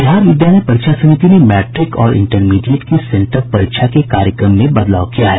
बिहार विद्यालय परीक्षा समिति ने मैट्रिक और इंटरमीडिएट की सेंटअप परीक्षा के कार्यक्रम में बदलाव किया है